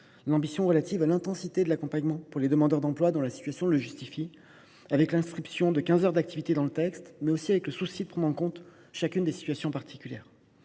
l’ambition relative à l’intensité de l’accompagnement pour les demandeurs d’emploi dont la situation le justifie, avec l’inscription des quinze heures d’activité, mais aussi avec le souci de prendre en compte les situations particulières.